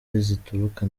zituruka